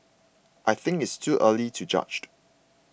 I think it's too early to judged